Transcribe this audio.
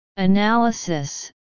Analysis